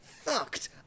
fucked